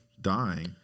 dying